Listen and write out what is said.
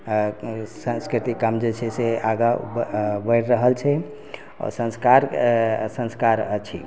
आओर संस्कृतिक काम जे छै से आगा बढ़ि रहल छै आओर संस्कार संस्कार अछि